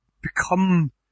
become